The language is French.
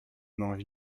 manche